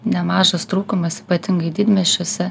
nemažas trūkumas ypatingai didmiesčiuose